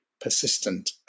persistent